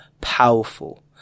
powerful